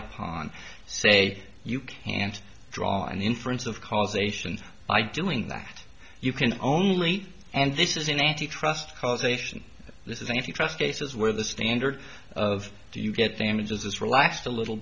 upon say you can't draw an inference of causation by doing that you can only and this is an anti trust causation this is a if you trust cases where the standard of do you get damages this relaxed a little